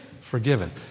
forgiven